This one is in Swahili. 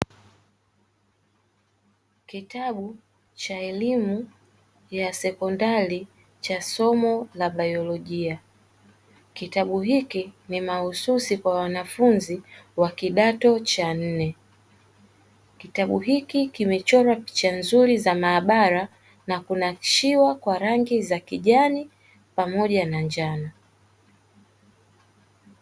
Kitabu cha elimu ya sekondari cha somo la biolojia. Kitabu hiki ni mahususi kwa wanafunzi wa kidato cha nne. Kitabu hiki kimechorwa picha nzuri za maabara na kunakishiwa kwa rangi za kijani pamoja na njano.